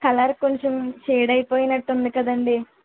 colour కొంచెం shade అయిపోయినట్టుంది కదండి